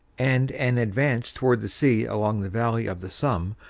and an advance toward the sea along the valley of the somme,